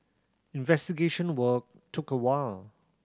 investigation work took a while